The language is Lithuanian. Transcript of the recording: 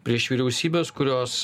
prieš vyriausybes kurios